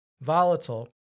volatile